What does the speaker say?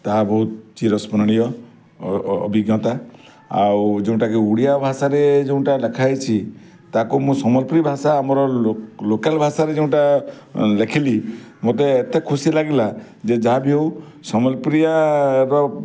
ତାହା ବହୁତ ଚିରସ୍ମରଣୀୟ ଅଭିଜ୍ଞତା ଆଉ ଯେଉଁଟାକି ଓଡ଼ିଆ ଭାଷାରେ ଯେଉଁଟା ଲେଖାଯାଇଛି ତାକୁ ମୁଁ ସମ୍ବଲପୁରୀ ଭାଷା ଆମର ଲୋକାଲ୍ ଭାଷାରେ ଯେଉଁଟା ଲେଖିଲି ମୋତେ ଏତେ ଖୁସି ଲାଗିଲା ଯେ ଯାହାବି ହଉ ସମ୍ବଲପୁରିଆରର